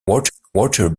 water